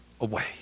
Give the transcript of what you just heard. away